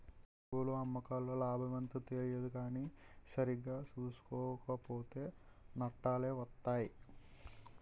కొనుగోలు, అమ్మకాల్లో లాభమెంతో తెలియదు కానీ సరిగా సూసుకోక పోతో నట్టాలే వొత్తయ్